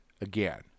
again